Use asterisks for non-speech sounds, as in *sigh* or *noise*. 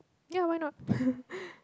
ya why not *laughs*